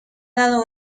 dado